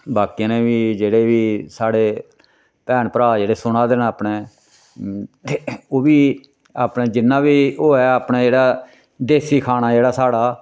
बाकी आह्लें बी जेह्ड़े बी साढ़े भैन भ्राऽ जेह्ड़े सुना दे न अपने ते ओह् बी अपनै जिन्ना बी होऐ अपनै जेह्ड़ा देसी खाना जेह्ड़ा साढ़ा